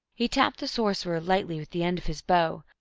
he tapped the sorcerer lightly with the end of his bow,